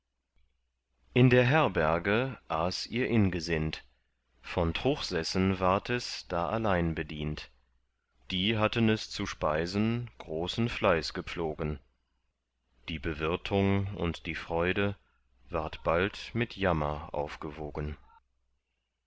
in der herberge aß ihr ingesind von truchsessen ward es da allein bedient die hatten es zu speisen großen fleiß gepflogen die bewirtung und die freude ward bald mit jammer aufgewogen